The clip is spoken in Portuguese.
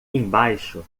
embaixo